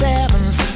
Sevens